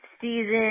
season